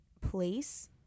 place